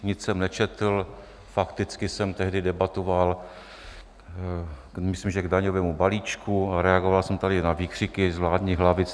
Nic jsem nečetl, fakticky jsem tehdy debatoval, myslím, že k daňovému balíčku, a reagoval jsem tady na výkřiky z vládních lavic: